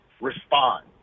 respond